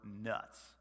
nuts